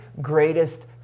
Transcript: greatest